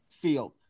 field